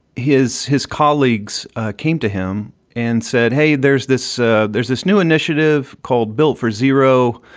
his his colleagues came to him and said, hey, there's this ah there's this new initiative called built for zero.